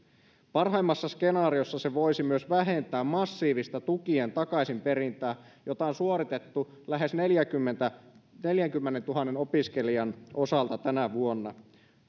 parhaimmassa skenaariossa se voisi myös vähentää massiivista tukien takaisinperintää jota on suoritettu lähes neljänkymmenentuhannen opiskelijan osalta tänä vuonna